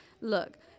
Look